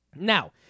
Now